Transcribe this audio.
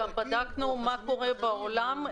גם בדקנו מה קורה בעולם.